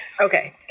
Okay